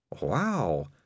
Wow